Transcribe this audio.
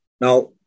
Now